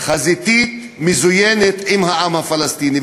חזיתית מזוינת עם העם הפלסטיני.